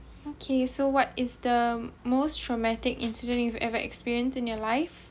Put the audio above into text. okay so what is the most traumatic incident you've ever experienced in your life